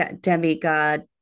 demigod